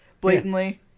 blatantly